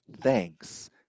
Thanks